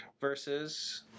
versus